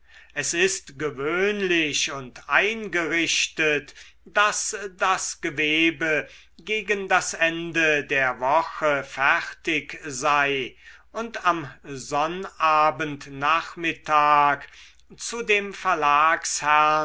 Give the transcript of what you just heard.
es ist gewöhnlich und eingerichtet daß das gewebe gegen das ende der woche fertig sei und am sonnabendnachmittag zu dem